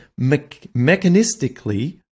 mechanistically